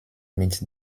mit